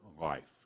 life